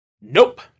nope